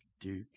Duke